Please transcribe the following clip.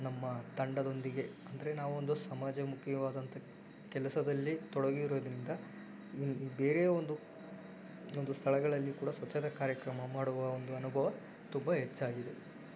ನಮ್ಮ ತಂಡದೊಂದಿಗೆ ಅಂದರೆ ನಾವೊಂದು ಸಮಾಜಮುಖಿಯಾದಂಥ ಕೆಲಸದಲ್ಲಿ ತೊಡಗಿರೋದ್ರಿಂದ ಇಲ್ಲಿ ಬೇರೆಯ ಒಂದು ಒಂದು ಸ್ಥಳಗಳಲ್ಲಿ ಕೂಡ ಸ್ವಚ್ಛತಾ ಕಾರ್ಯಕ್ರಮ ಮಾಡುವ ಒಂದು ಅನುಭವ ತುಂಬ ಹೆಚ್ಚಾಗಿದೆ